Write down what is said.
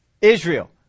Israel